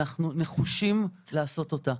אנחנו נחושים לעשות אותה.